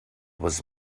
was